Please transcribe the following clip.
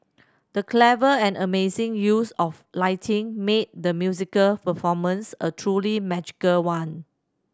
the clever and amazing use of lighting made the musical performance a truly magical one